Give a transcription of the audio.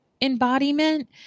embodiment